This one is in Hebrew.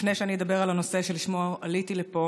לפני שאני אדבר על הנושא שלשמו עליתי לפה